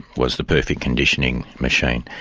was the perfect conditioning machine.